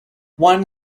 one